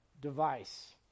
Device